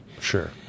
Sure